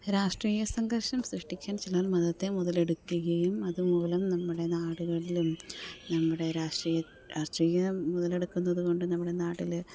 രാഷ്ട്രീയ സംഘർഷം സൃഷ്ടിക്കാൻ ചിലർ മതത്തെ മുതലെടുക്കുകയും അതു മൂലം നമ്മുടെ നാടുകളിലും നമ്മുടെ രാഷ്ട്രീയം രാഷ്ട്രീയം മുതലെടുക്കുന്നതു കൊണ്ട് നമ്മുടെ നാട്ടിൽ